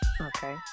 Okay